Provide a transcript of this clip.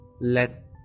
let